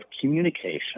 communication